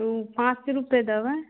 पाँच रुपै देबै